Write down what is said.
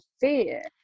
fear